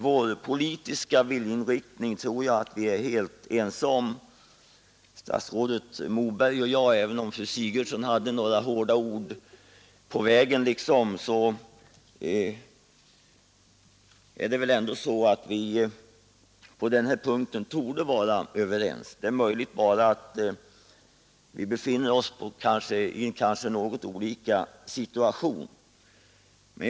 I den politiska viljeinriktningen tror jag att statsrådet Moberg och jag är helt ense, även om fru Sigurdsen gav honm några hårda ord på vägen; vi kanske bara befinner oss i något olika situationer.